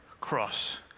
cross